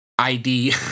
ID